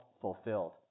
fulfilled